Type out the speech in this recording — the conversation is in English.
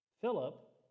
Philip